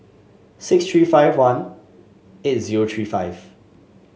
six three five one eight zero three five